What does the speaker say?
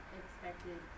expected